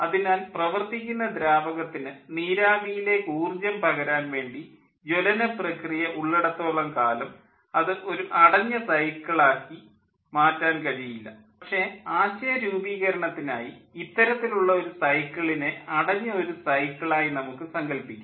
അതിനാൽ പ്രവർത്തിക്കുന്ന ദ്രാവകത്തിന് നീരാവിയിലേക്ക് ഊർജ്ജം പകരാൻ വേണ്ടി ജ്വലന പ്രക്രിയ ഉള്ളിടത്തോളം കാലം അത് ഒരു അടഞ്ഞ സൈക്കിളാക്കി മാറ്റാൻ കഴിയില്ല പക്ഷേ ആശയ രൂപീകരണത്തിനായി ഇത്തരത്തിലുള്ള ഒരു സൈക്കിളിനെ അടഞ്ഞ ഒരു സൈക്കിൾ ആയി നമുക്ക് സങ്കല്പിക്കാം